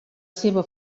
seva